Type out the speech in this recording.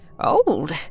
old